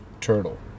turtle